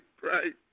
right